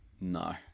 No